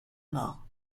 mort